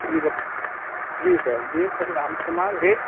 जी बता जी सर जी सर रामकुमार है